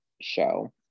show